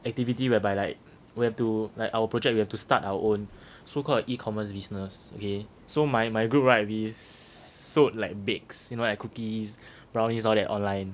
activity whereby like we have to like our project you have to start our own so called E commerce business okay so my my group right we sold like bakes you know like cookies brownies all that online